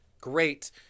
Great